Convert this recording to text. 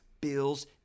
Bills